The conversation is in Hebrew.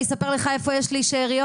אספר לך איפה יש לי שאריות,